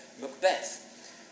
Macbeth